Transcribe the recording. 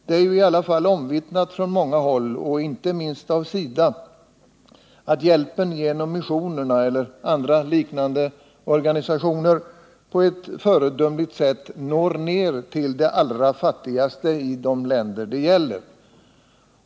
Det är ju i alla fall omvittnat från många håll — och inte minst av SIDA — att hjälpen genom missionerna eller liknande organisationer på ett föredömligt sätt når ned till de allra fattigaste i de länder det gäller.